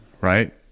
right